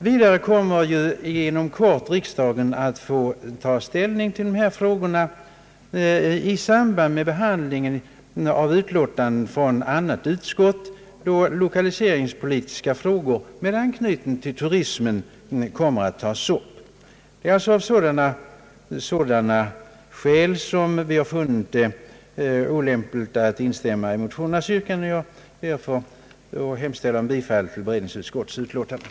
Riksdagen kommer vidare inom kort att få ta ställning till dessa frågor i samband med behandlingen av ett utlåtande från annat utskott om lokaliseringspolitiska problem med anknytning till turismen. Det är av sådana skäl vi funnit det olämpligt att tillstyrka motionerna. Jag ber, herr talman, att få yrka bifall till utskottets hemställan.